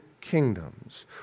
kingdoms